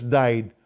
died